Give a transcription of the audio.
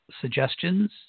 suggestions